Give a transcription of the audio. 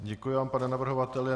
Děkuji vám, pane navrhovateli.